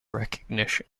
recognition